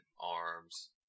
arms